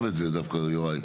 אתה תאהב את זה דווקא, יוראי.